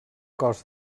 cos